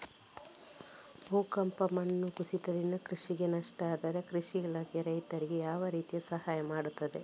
ಭೂಕಂಪ, ಮಣ್ಣು ಕುಸಿತದಿಂದ ಕೃಷಿಗೆ ನಷ್ಟ ಆದ್ರೆ ಕೃಷಿ ಇಲಾಖೆ ರೈತರಿಗೆ ಯಾವ ರೀತಿಯಲ್ಲಿ ಸಹಾಯ ಮಾಡ್ತದೆ?